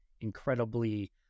incredibly